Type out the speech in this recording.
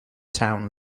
town